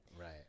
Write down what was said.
right